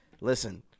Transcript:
Listen